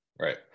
right